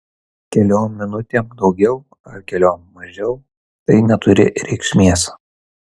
keliom minutėm daugiau ar keliom mažiau tai neturi reikšmės